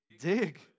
Dig